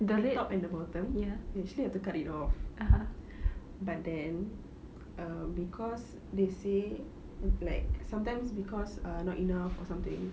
the top and the bottom actually have to cut it off but then um cause they say like sometimes cause uh not enough or something